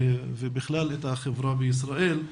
ובכלל את החברה בישראל.